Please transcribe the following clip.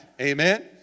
amen